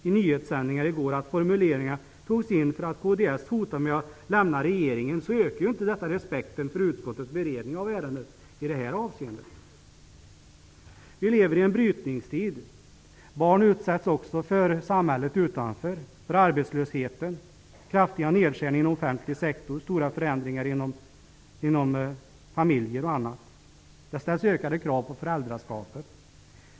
I nyhetssändningar i går sades att dessa formuleringar togs med därför att kds hotade med att lämna regeringen. Om detta är sant, ökar detta inte respekten för utskottets beredning av ärendet i det här avseendet. Vi lever i en brytningstid. Barn utsätts också för samhället utanför skolan, bl.a. arbetslösheten, kraftiga nedskärningar inom den offentliga sektorn, stora förändringar inom familjen och annat. Det ställs ökade krav på föräldraskapet.